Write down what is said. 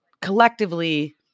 collectively